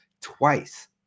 twice